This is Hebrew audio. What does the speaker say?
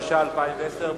התש"ע 2010,